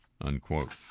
unquote